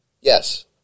yes